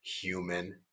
human